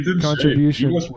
contribution